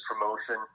promotion